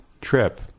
trip